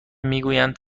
میگویند